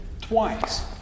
twice